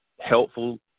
helpful